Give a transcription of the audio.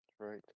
Right